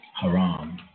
Haram